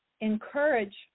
encourage